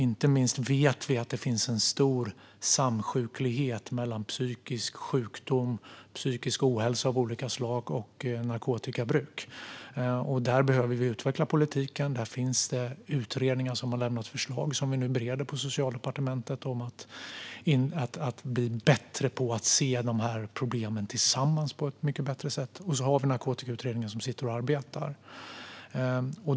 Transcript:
Inte minst vet vi att det finns en stor samsjuklighet mellan psykisk ohälsa av olika slag och narkotikabruk, och där behöver vi utveckla politiken. Där finns det utredningar som har lämnat förslag, som vi nu bereder på Socialdepartementet, om att bli bättre på att se problemen tillsammans på ett mycket bättre sätt. Sedan har vi den narkotikautredning som sitter och arbetar.